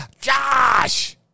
Josh